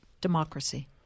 Democracy